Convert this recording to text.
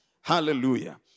Hallelujah